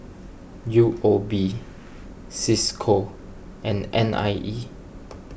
U O B Cisco and N I E